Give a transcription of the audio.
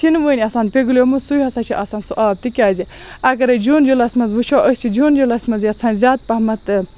شِنہِ وٲنٛۍ آسان پِگلیٚومُت سُے ہَسا چھُ آسان سُہ آب تکیازِ اگر أسۍ جوٗن جُلے یَس مَنٛز وٕچھو أسۍ چھِ جوٗن جُلیَس مَنٛز یَژھان زیاد پَہمَت تٔر